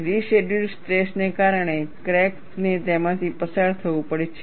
residual stress ને કારણે crack ને તેમાંથી પસાર થવું પડે છે